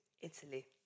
Italy